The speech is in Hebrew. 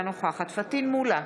אינה נוכחת פטין מולא,